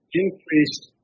increased